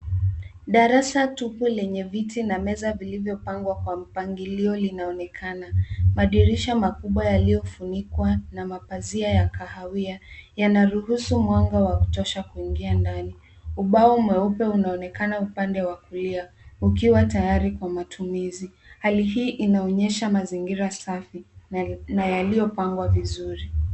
Darasa tupu lenye viti na meza vilivyopangwa kwa mpangilio linaonekana. Madirisha makubwa yaliyofunikwa na mapazia ya kahawia. Yana ruhusu mwanga wa kutosha kuingia ndani. Ubao mweupe unaonekana upande wa kulia ukiwa tayari kwa matumizi. Hali hii inaonyesha mazingira safi na yaliyopangwa vizuri.